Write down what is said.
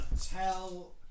Tell